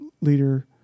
leader